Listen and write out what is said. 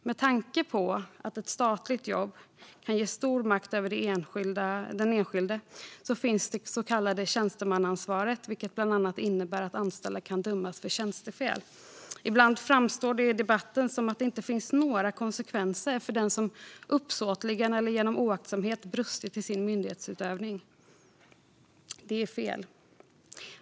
Med tanke på att ett statligt jobb kan ge stor makt över den enskilde finns det så kallade tjänstemannaansvaret, vilket bland annat innebär att anställda kan dömas för tjänstefel. Ibland framstår det i debatten som att det inte finns några konsekvenser för den som uppsåtligen eller genom oaktsamhet brustit i sin myndighetsutövning. Det är fel.